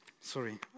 Sorry